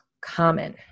common